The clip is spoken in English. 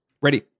Ready